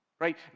Right